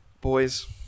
Boys